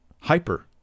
hyper